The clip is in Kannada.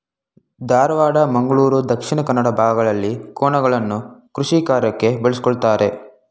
ಧಾರವಾಡ, ಮಂಗಳೂರು ದಕ್ಷಿಣ ಕನ್ನಡ ಭಾಗಗಳಲ್ಲಿ ಕೋಣಗಳನ್ನು ಕೃಷಿಕಾರ್ಯಕ್ಕೆ ಬಳಸ್ಕೊಳತರೆ